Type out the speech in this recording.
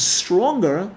stronger